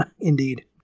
Indeed